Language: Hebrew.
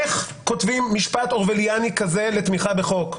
איך כותבים משפט אובלייני כזה לתמיכה בחוק?